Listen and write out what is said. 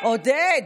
עודד,